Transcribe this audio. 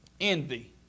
Envy